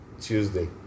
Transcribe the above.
Tuesday